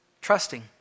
trusting